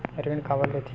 ऋण काबर लेथे?